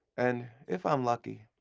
and, if i'm lucky.